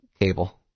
cable